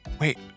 Wait